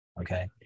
okay